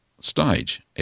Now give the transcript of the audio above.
stage